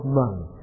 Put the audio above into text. money